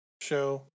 show